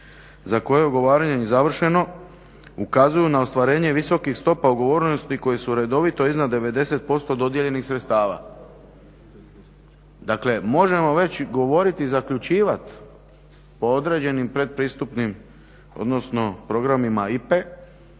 za koju ugovaranje nije završeno ukazuju na ostvarenje visokih stopa ugovornosti koje su redovito iznad 90% dodijeljenih sredstava. Dakle možemo već govoriti i zaključivati po određenim predpristupnim odnosno programima IPA-e